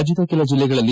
ರಾಜ್ಲದ ಕೆಲ ಜಿಲ್ಲೆಗಳಲ್ಲಿ